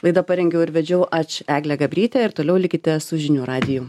laida parengiau ir vedžiau aš eglė gabrytė ir toliau likite su žinių radiju